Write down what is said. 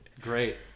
Great